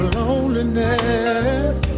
loneliness